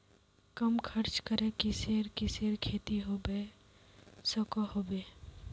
कम खर्च करे किसेर किसेर खेती होबे सकोहो होबे?